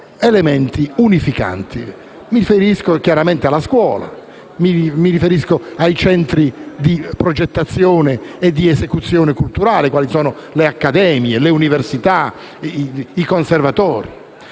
si articola. Mi riferisco chiaramente alla scuola, ai centri di progettazione e di esecuzione culturale quali le accademie, le università ed i conservatori,